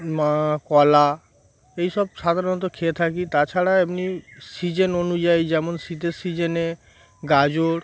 কলা এই সব সাধারণত খেয়ে থাকি তাছাড়া এমনি সিজন অনুযায়ী যেমন শীতের সিজেনে গাজর